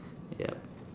yup